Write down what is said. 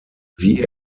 sie